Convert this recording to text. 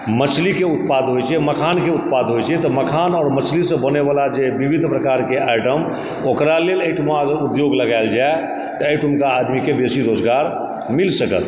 मछलीके उत्पाद होइत छै मखानके उत्पाद होइत छै तऽ मखान आ मछलीसँ बनय वला जे विविध प्रकारके आइटम ओकरालेल एहिठमा उद्योग लगाल जाए तऽ एहिठुमका आदमीके बेसी रोजगार मिल सकल